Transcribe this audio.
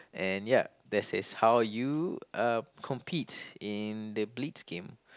and ya this is how you uh compete in the bleeds game